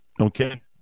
okay